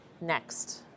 next